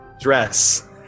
dress